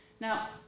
Now